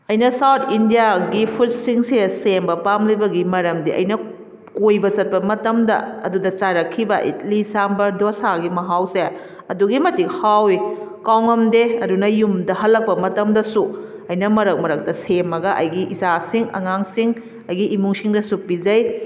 ꯑꯩꯅ ꯁꯥꯎꯠ ꯏꯟꯗꯤꯌꯥꯒꯤ ꯐꯨꯗꯁꯤꯡꯁꯦ ꯁꯦꯝꯕ ꯄꯥꯝꯂꯤꯕꯒꯤ ꯃꯔꯝꯗꯤ ꯑꯩꯅ ꯀꯣꯏꯕ ꯆꯠꯄ ꯃꯇꯝꯗ ꯑꯗꯨꯗ ꯆꯥꯔꯛꯈꯤꯕ ꯏꯗꯂꯤ ꯁꯥꯝꯕꯔ ꯗꯣꯁꯥꯒꯤ ꯃꯍꯥꯎꯁꯦ ꯑꯗꯨꯛꯀꯤ ꯃꯇꯤꯛ ꯍꯥꯎꯋꯤ ꯀꯥꯎꯉꯝꯗꯦ ꯑꯗꯨꯅ ꯌꯨꯝꯗ ꯍꯜꯂꯛꯄ ꯃꯇꯝꯗꯁꯨ ꯑꯩꯅ ꯃꯔꯛ ꯃꯔꯛꯇ ꯁꯦꯝꯃꯒ ꯑꯩꯒꯤ ꯏꯆꯥꯁꯤꯡ ꯑꯉꯥꯡꯁꯤꯡ ꯑꯩꯒꯤ ꯏꯃꯨꯡꯁꯤꯡꯗꯁꯨ ꯄꯤꯖꯩ